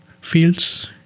fields